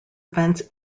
events